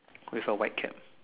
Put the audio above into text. with a white cap